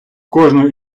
кожну